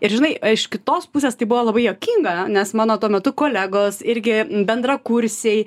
ir žinai iš kitos pusės tai buvo labai juokinga nes mano tuo metu kolegos irgi bendrakursiai